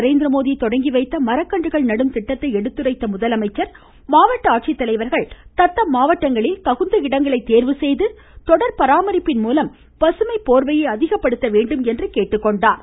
நரேந்திரமோடி தொடங்கி வைத்த மரக்கன்றுகள் நடும் திட்டத்தை எடுத்துரைத்த அவர் மாவட்ட ஆட்சித்தலைவர்கள் தத்தம் மாவட்டங்களில் தகுந்த இடங்களை தேர்வு செய்து தொடர் பராமரிப்பின் மூலம் பசுமை போ்வையை அதிகப்படுத்த வேண்டும் என்றார்